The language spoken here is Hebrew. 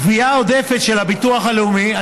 גבייה עודפת של הביטוח הלאומי,